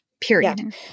Period